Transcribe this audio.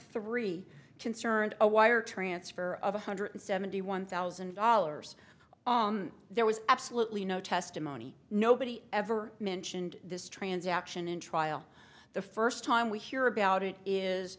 three concerned a wire transfer of one hundred seventy one thousand dollars there was absolutely no testimony nobody ever mentioned this transaction in trial the first time we hear about it is